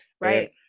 Right